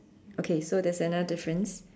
okay so there's another difference